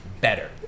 better